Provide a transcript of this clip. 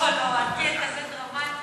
לא, אל תהיה כזה דרמטי.